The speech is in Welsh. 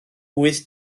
wyth